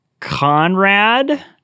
Conrad